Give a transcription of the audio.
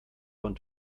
von